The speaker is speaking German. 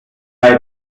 noch